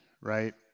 Right